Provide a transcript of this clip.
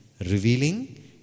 Revealing